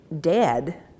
dead